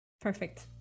Perfect